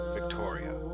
Victoria